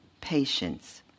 patience